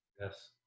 Yes